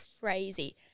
crazy